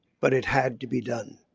but it had to be done.